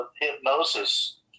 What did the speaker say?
hypnosis